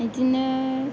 बिदिनो